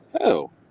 hell